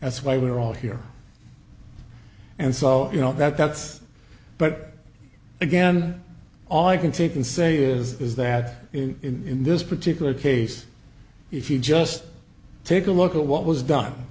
that's why we're all here and so you know that that's but again all i can take and say is that in this particular case if you just take a look at what was done